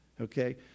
okay